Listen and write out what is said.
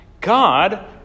God